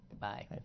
Bye